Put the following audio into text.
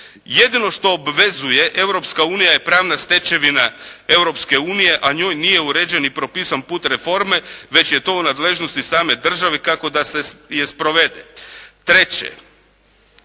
Jedino što obvezuje Europska unija je pravna stečevina Europske unije, a njoj nije uređen ni propisan put reforme već je to u nadležnosti same države kako da je sprovede. Treće,